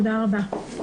תודה רבה.